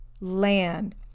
land